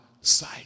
sight